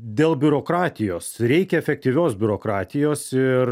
dėl biurokratijos reikia efektyvios biurokratijos ir